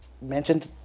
mentioned